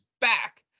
back